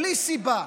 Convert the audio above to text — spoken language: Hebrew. בלי סיבה,